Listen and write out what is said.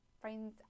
friends